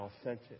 authentic